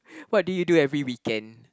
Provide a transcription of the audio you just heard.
what do you do every weekend